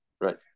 Right